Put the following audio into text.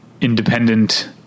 independent